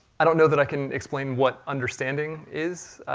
i don't know that i can explain what understanding is,